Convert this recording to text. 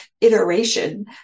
iteration